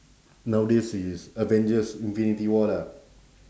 nowadays is avengers infinity war lah